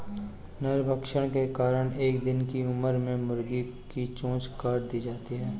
नरभक्षण के कारण एक दिन की उम्र में मुर्गियां की चोंच काट दी जाती हैं